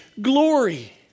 glory